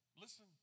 listen